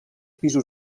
pisos